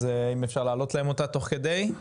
אז אם אפשר להעלות להם אותה תוך כדי.